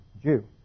Jew